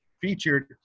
featured